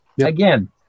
again